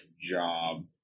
job